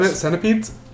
Centipedes